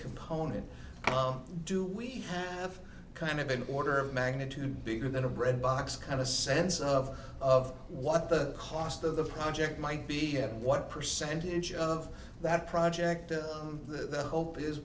component do we have kind of an order of magnitude bigger than a breadbox kind a sense of of what the cost of the project might be what percentage of that project the hope is